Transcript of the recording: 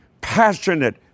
passionate